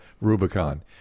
Rubicon